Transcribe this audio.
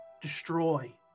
destroy